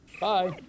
Bye